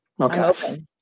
Okay